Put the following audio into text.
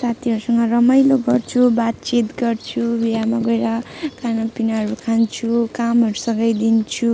साथीहरूसँग रमाइलो गर्छु बातचित गर्छु बिहामा गएर खानापिनाहरू खान्छु कामहरू सघाइदिन्छु